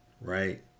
right